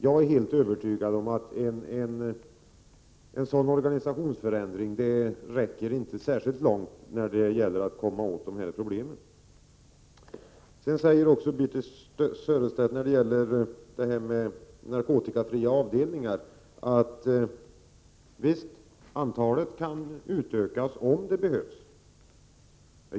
Jag är helt övertygad om att en sådan organisationsförändring inte räcker särskilt långt för att komma åt dessa problem. Birthe Sörestedt säger också om narkotikafria avdelningar att antalet kan utökas om det behövs.